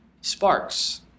sparks